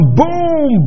boom